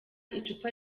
icupa